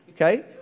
okay